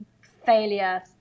failure